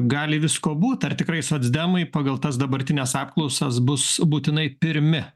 gali visko būt ar tikrai socdemai pagal tas dabartines apklausas bus būtinai pirmi